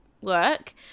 work